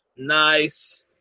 Nice